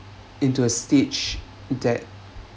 into a stage that